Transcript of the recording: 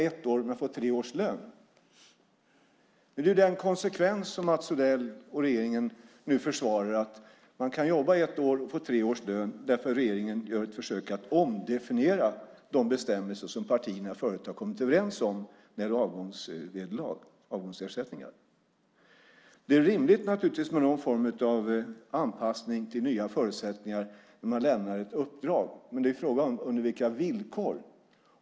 Det är ju den konsekvens som Mats Odell och regeringen nu försvarar; man kan jobba i ett år och få tre års lön därför att regeringen nu gör ett försöka att omdefiniera de bestämmelser som partierna förut har kommit överens om för avgångsvederlag och avgångsersättningar. Det är naturligtvis rimligt med någon form av anpassning till nya förutsättningar när man lämnar ett uppdrag. Men frågan är: Under vilka villkor?